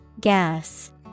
Gas